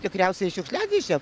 tikriausiai į šiukšliadėžę